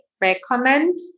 recommend